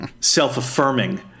self-affirming